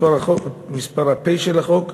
מספר החוק: